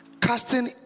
casting